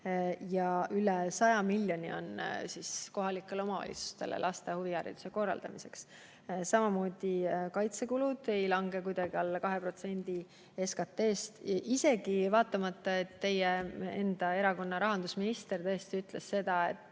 Üle 100 miljoni on kohalikele omavalitsustele antud laste huvihariduse korraldamiseks. Samamoodi kaitsekulud ei lange kuidagi alla 2% SKT-st, isegi vaatamata sellele, et teie enda erakonna rahandusminister tõesti ütles seda, et